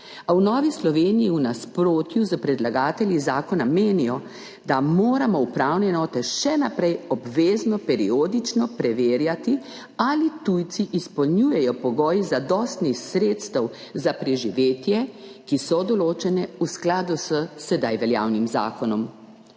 a v Novi Sloveniji v nasprotju s predlagatelji zakona menijo, da morajo upravne enote še naprej obvezno periodično preverjati ali tujci izpolnjujejo pogoje zadostnih sredstev za preživetje, ki so določene v skladu s sedaj veljavnim zakonom.